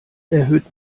erhöht